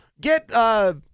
Get